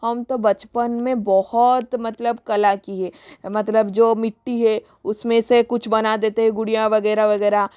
हम तो बचपन में बहुत मतलब कला किए मतलब जो मिट्टी है उसमें से कुछ बना देते गुड़िया वगैरह वगैरह